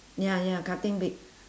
ya ya cutting big